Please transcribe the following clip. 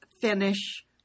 Finish